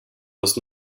does